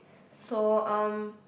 so um